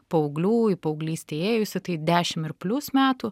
paauglių į paauglystę įėjusių tai dešim ir plius metų